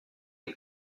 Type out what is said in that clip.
les